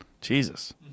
Jesus